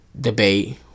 debate